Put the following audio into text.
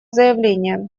заявление